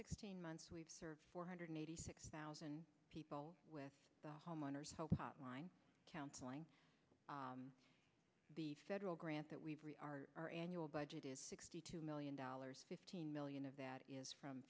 sixteen months we've served four hundred eighty six thousand people with the homeowners help hotline counseling the federal grant that we are our annual budget is sixty two million dollars fifteen million of that is from